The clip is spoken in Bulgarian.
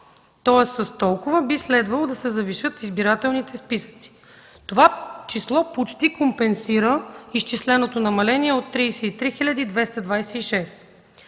Тоест с толкова би следвало да се завишат избирателните списъци. Това число почти компенсира изчисленото намаление от 33 хил.